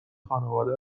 خانواده